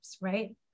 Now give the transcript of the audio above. right